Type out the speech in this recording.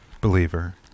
believer